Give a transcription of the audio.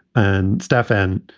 and stefan,